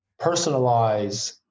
personalize